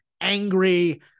angry